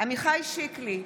עמיחי שיקלי,